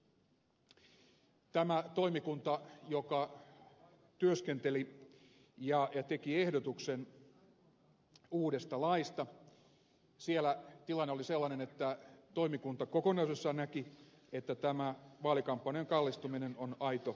tässä toimikunnassa joka työskenteli ja teki ehdotuksen uudesta laista tilanne oli sellainen että toimikunta kokonaisuudessaan näki että tämä vaalikampanjan kallistuminen on aito ongelma